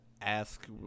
ask